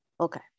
Okay